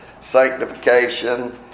sanctification